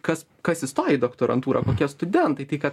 kas kas įstoja į doktorantūrą kokie studentai tai kad